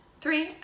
three